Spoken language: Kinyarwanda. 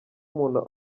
umuntu